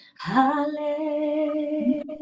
hallelujah